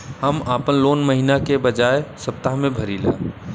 हम आपन लोन महिना के बजाय सप्ताह में भरीला